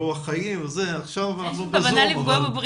עכשיו אנחנו ב-זום.